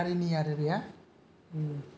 गारिनि आरो बिहा